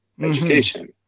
education